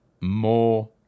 more